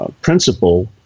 principle